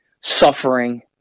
suffering